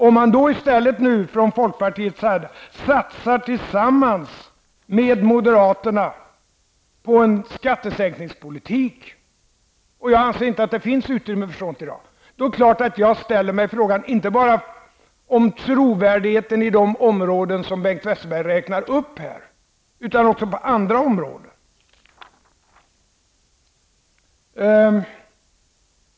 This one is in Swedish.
Om man i stället från folkpartiet satsar tillsammans med moderaterna på en skattesänkningspolitik -- jag anser inte att det finns utrymme för sådant i dag -- är det klart att jag ställer mig frågan inte bara om trovärdigheten på de områden som Bengt Westerberg räknar upp här utan också på andra områden.